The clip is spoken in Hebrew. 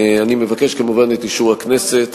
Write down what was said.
אני מבקש כמובן את אישור הכנסת